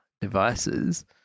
devices